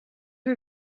her